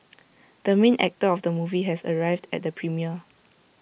the main actor of the movie has arrived at the premiere